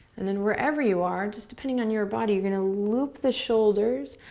and then wherever you are, just depending on your body, you're gonna loop the shoulders,